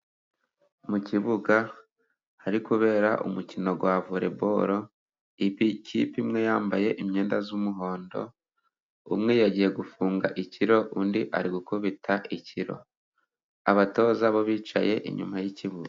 Mu kibuga hari kubera umukino wa Voleboro, ikipe imwe yambaye imyenda y'umuhondo, umwe yagiye gufunga ikiro, undi ari gukubita ikiro, abatoza bo bicaye inyuma y'ikibuga.